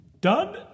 done